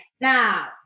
Now